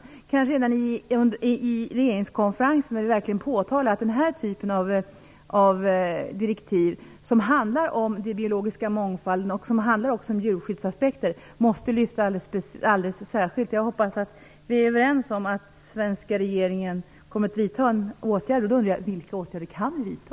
Vi kanske redan under regeringskonferensen verkligen kan påtala att den här typen av direktiv, som handlar om den biologiska mångfalden och om djurskyddsaspekter, måste lyftas fram alldeles särskilt. Jag hoppas att vi är överens om att den svenska regeringen skall vidta åtgärder. Jag undrar då vilka åtgärder man kan vidta.